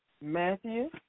Matthew